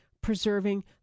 preserving